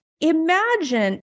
imagine